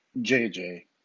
jj